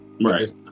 Right